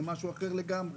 זה משהו אחר לגמרי.